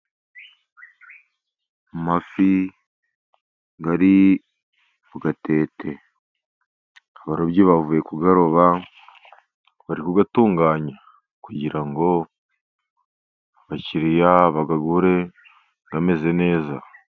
Amafi ari mu gatete, abarobyi bavuye kuyaroba bari kuyatunganya kugirango abakiriya bayagure ameze neza.